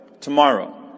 tomorrow